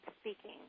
speaking